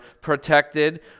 protected